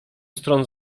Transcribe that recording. stron